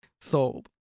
Sold